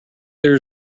there